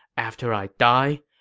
after i die,